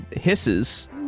hisses